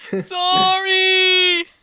Sorry